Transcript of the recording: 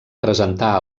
presentà